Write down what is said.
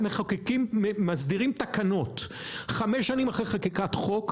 כשאנחנו מסדירים תקנות חמש שנים אחרי חקיקת חוק,